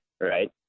right